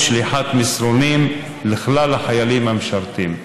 שליחת מסרונים לכלל החיילים המשרתים.